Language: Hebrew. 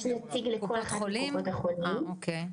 יש נציג מכל אחת מקופות החולים, כן.